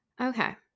okay